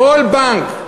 כל בנק,